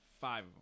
Five